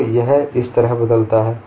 तो यह इस तरह बदलता है